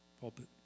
pulpit